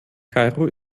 kairo